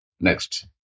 Next